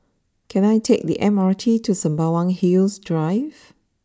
can I take the M R T to Sembawang Hills Drive